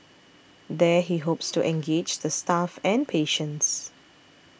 there he hopes to engage the staff and patients